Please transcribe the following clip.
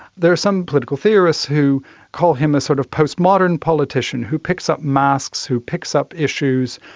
there are some political theorists who call him a sort of post-modern politician, who picks up masks, who picks up issues,